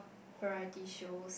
variety shows